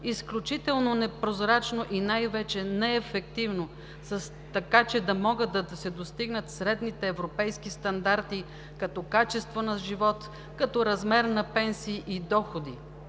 изключително непрозрачно и най-вече неефективно, така че да могат да се достигнат средните европейски стандарти като качество на живот, като размер на пенсии и доходи,